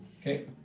Okay